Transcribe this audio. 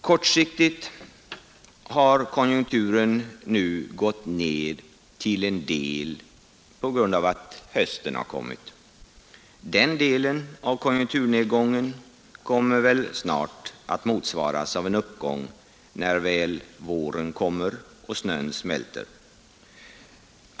Kortsiktigt har konjunkturen nu gått ned, till en del på grund av att hösten har kommit. Den delen av konjunkturnedgången kommer väl snart att motsvaras av en uppgång när väl våren kommer och snön smälter.